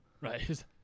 Right